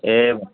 ए